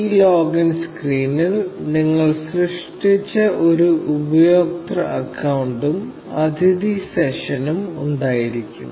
ഈ ലോഗിൻ സ്ക്രീനിൽ നിങ്ങൾ സൃഷ്ടിച്ച ഒരു ഉപയോക്തൃ അക്കൌണ്ടും അതിഥി സെഷനും ഉണ്ടായിരിക്കും